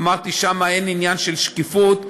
אמרתי: שם אין עניין של שקיפות,